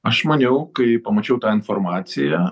aš maniau kai pamačiau tą informaciją